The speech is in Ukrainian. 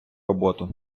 роботу